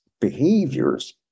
behaviors